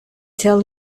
tell